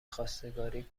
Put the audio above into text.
خواستگاری